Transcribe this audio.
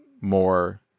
more